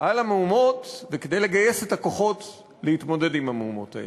על המהומות וכדי לגייס את הכוחות להתמודד עם המהומות האלה.